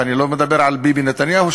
ואני לא מדבר על ביבי נתניהו,